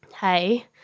hey